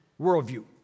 worldview